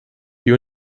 die